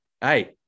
Hey